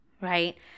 right